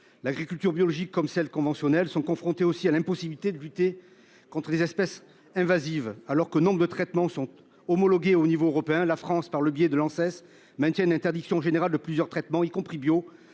L'agriculture biologique comme celle conventionnelles sont confrontés aussi à l'impossibilité de lutter contres les espèces invasives alors que nombre de traitements sont homologués au niveau européen la France par le biais de Lanxess maintiennent l'interdiction générale de plusieurs traitements y compris bio